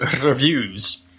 reviews